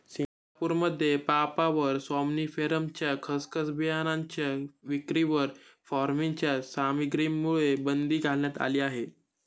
सिंगापूरमध्ये पापाव्हर सॉम्निफेरमच्या खसखस बियाणांच्या विक्रीवर मॉर्फिनच्या सामग्रीमुळे बंदी घालण्यात आली आहे